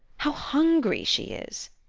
how hungry she is!